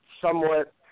somewhat